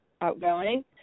outgoing